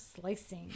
slicing